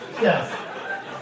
Yes